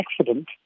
accident